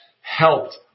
helped